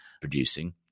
producing